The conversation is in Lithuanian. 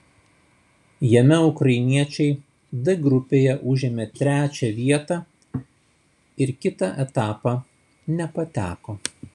jame ukrainiečiai d grupėje užėmė trečią vietą ir kitą etapą nepateko